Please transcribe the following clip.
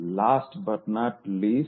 last but not least